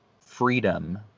freedom